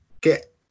get